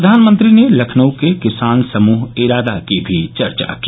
प्रधानमंत्री ने लखनऊ के किसान समूह इरादा की चर्चा भी की